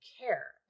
care